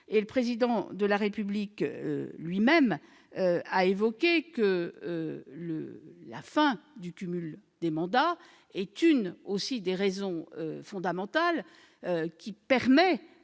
et le Président de la République lui-même a estimé que la fin du cumul des mandats était l'une des raisons fondamentales qui permettaient